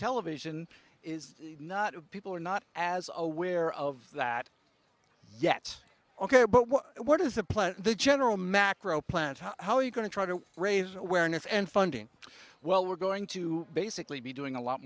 television is not people are not as aware of that yet ok but well what is the plan the general macro plan how are you going to try to raise awareness and funding well we're going to basically be doing a lot